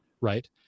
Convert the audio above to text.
right